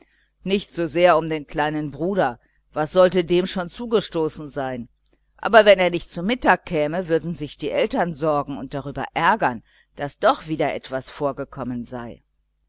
nicht sowohl für den kleinen bruder was sollte dem zugestoßen sein aber wenn er nicht zu mittag käme würden sich die eltern sorgen und darüber ärgern daß doch wieder etwas vorgekommen sei